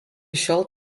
šiol